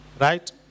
right